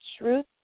Truth